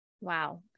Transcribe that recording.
Wow